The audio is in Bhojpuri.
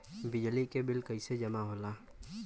बिजली के बिल कैसे जमा होला?